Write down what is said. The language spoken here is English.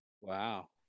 Wow